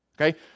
Okay